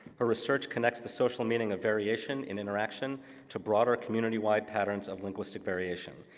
ah research connects the social meaning of variation in interaction to broader community-wide patterns of linguistic variation.